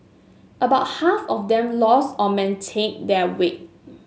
about half of them lost or maintained their weight